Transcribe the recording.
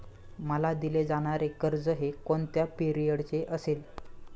मला दिले जाणारे कर्ज हे कोणत्या पिरियडचे असेल?